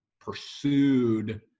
pursued